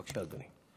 בבקשה, אדוני.